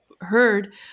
heard